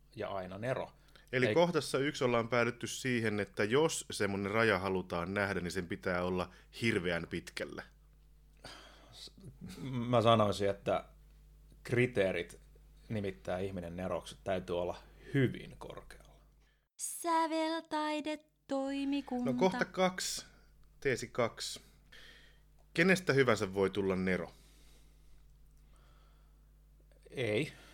ja aina nero. Eli Ei- kohtassa yksi ollaan päädytty siihen, että jos semmoinen raja halutaan nähdä, niin sen pitää olla hirveän pitkällä. S- m- mä sanoisin, että kriteerit nimittää ihminen neroksi täytyy olla hyvin korkealla. Säveltaidetoimikunta. No kohta kaksi. Teesi kaksi. Kenestä hyvänsä voi tulla nero? Ei.